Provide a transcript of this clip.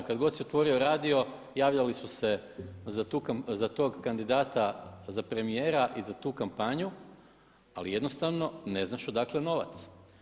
Kada god si otvorio radio javljali su se za tog kandidata za premijera i za tu kampanju, ali jednostavno ne znaš odakle novac.